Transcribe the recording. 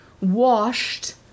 washed